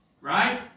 right